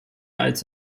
als